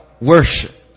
worship